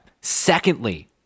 secondly